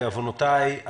בעוונותיי,